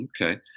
Okay